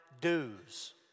dues